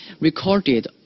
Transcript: recorded